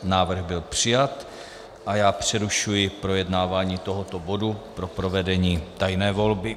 Návrh byl přijat a já přerušuji projednávání tohoto bodu pro provedení tajné volby.